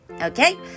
Okay